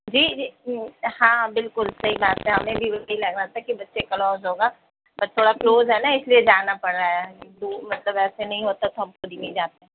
جی جی ہاں بالکل صحیح بات ہے ہمیں بھی ایسے ہی لگا تھا کہ بچے کا لوز ہوگا پر تھوڑا کلوز ہے نہ اِس لیے جانا پڑ رہا ہے دو مطلب ایسے نہیں ہوتا تو ہم خود ہی نہیں جاتے